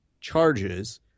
charges